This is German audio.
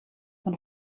von